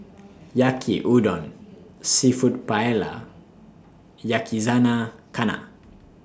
Yaki Udon Seafood Paella Yakizakana